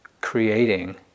creating